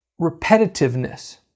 repetitiveness